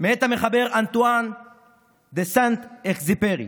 מאת המחבר אנטואן דה סנט-אכזופרי: